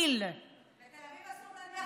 כי אנחנו צריכים להכיל.